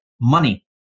money